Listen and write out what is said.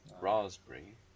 raspberry